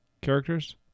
characters